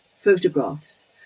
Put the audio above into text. photographs